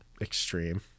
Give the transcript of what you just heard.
extreme